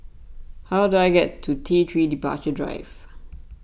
how do I get to T three Departure Drive